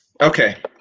Okay